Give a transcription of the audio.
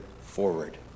forward